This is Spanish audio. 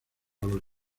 los